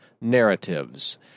narratives